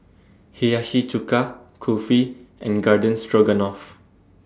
Hiyashi Chuka Kulfi and Garden Stroganoff